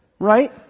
Right